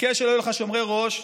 חכה שלא יהיו לך שומרי ראש,